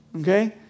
Okay